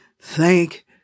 Thank